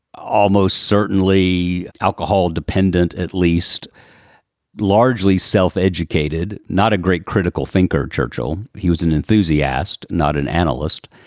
almost certainly alcohol dependent, at least largely self educated. not a great critical thinker, churchill. he was an enthusiast, not an analyst.